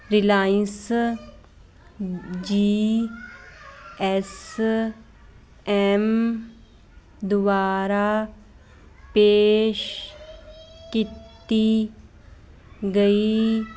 Reliance G S M ਦੁਆਰਾ ਪੇਸ਼ ਕੀਤੀ ਗਈ